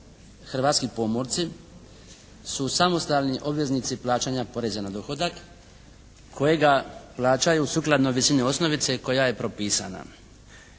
hrvatski pomorci su samostalni obveznici plaćanja poreza na dohodak kojega plaćaju sukladno u visini osnovice koja je propisana.